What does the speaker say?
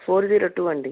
four zero two అండి